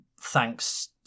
thanks